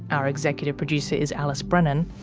our executive producer is alice brennan.